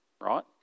right